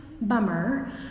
bummer